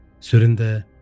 Surinder